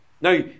Now